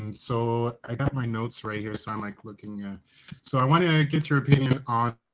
and so, i got my notes right here, so i'm like looking at so, i wanna get your opinion on